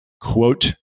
quote